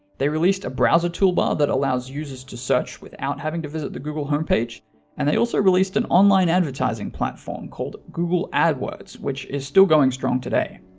they released a browser toolbar that allowed users to search without having to visit the google home page and they also released an online advertising platform called google adwords which is still going strong today.